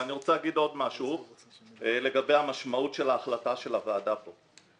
אני רוצה לומר עוד משהו לגבי המשמעות של ההחלטה של הוועדה כאן.